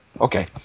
Okay